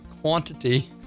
quantity